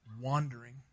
wandering